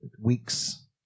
weeks